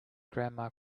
grandma